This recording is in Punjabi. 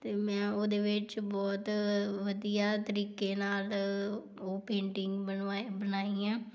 ਅਤੇ ਮੈਂ ਉਹਦੇ ਵਿੱਚ ਬਹੁਤ ਵਧੀਆ ਤਰੀਕੇ ਨਾਲ ਉਹ ਪੇਂਟਿੰਗ ਬਣਵਾ ਬਣਾਈ ਆ